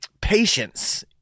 patience